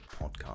podcast